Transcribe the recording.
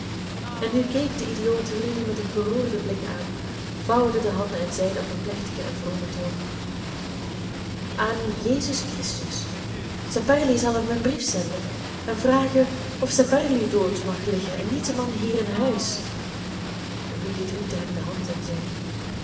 en nu keek de idioot rudy met een geroerden blik aan vouwde de handen en zeide op een plechtigen en vromen toon aan jezus christus saperli zal hem een brief zenden hem vragen of saperli dood mag liggen en niet de man hier in huis rudy drukte hem de hand en zei